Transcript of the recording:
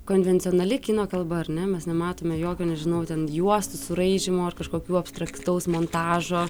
konvencionali kino kalba ar ne mes nematome jokio nežinau ten juostų suraižymo ar kažkokių abstraktaus montažo